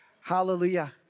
Hallelujah